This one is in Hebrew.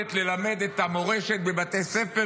היכולת ללמד את המורשת בבתי ספר,